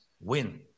win